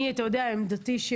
עמדתי היא,